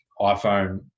iPhone